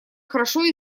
хорошо